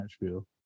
Nashville